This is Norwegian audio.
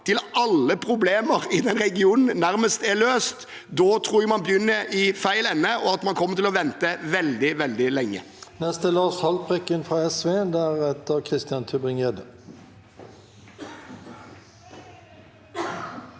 alle problemer i den regionen er løst, tror jeg man begynner i feil ende, og at man kommer til å måtte vente veldig, veldig lenge.